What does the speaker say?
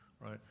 right